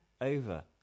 over